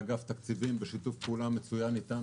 מאגף התקציבים בשיתוף פעולה מצוין איתם,